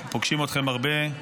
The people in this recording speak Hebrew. פוגשים אתכם הרבה.